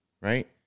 right